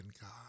God